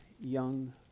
young